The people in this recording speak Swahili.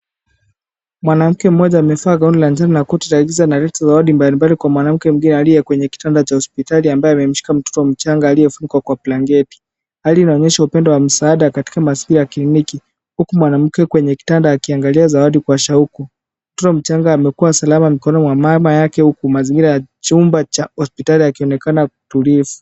Mwanamke mmoja amevaa gauni la njano na koti la giza analeta zawadi mbalimbali kwa mwanamke mwingine aliye kwenye kitanda cha hospitali ambaye amemshika mtoto mchanga aliyefunikwa kwa blanketi. Hali inaonyesha upendo wa msaada katika mazingira ya kliniki huku mwanamke kwenye kitanda akiangalia zawadi kwa shauku. Mtoto mchanga amekuwa salama mikononi mwa mama yake huku mazingira ya chumba cha hospitali yakionekana tulivu.